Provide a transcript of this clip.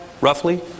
roughly